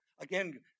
again